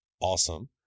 awesome